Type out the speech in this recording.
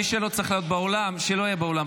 מי שלא צריך להיות באולם שלא יהיה באולם,